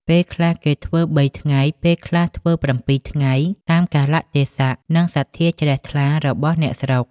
ពេលខ្លះ គេធ្វើ ៣ ថ្ងៃ ពេលខ្លះធ្វើ ៧ ថ្ងៃ តាមកាលៈទេសៈ និងសទ្ធាជ្រះថ្លារបស់អ្នកស្រុក ។